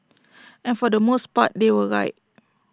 and for the most part they were right